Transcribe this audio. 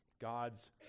God's